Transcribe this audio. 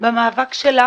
במאבק שלה